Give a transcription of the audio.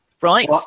Right